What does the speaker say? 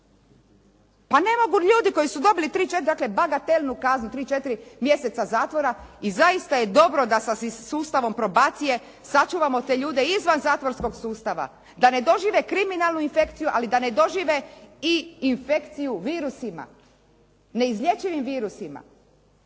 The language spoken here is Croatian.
dakle bagatelnu kaznu 3, 4 mjeseca zatvora i zaista je dobro da sa sustavom probacije sačuvamo te ljude izvan zatvorskog sustava, da ne dožive kriminalnu infekciju, ali da ne dožive i infekciju virusima. Neizlječivim virusima.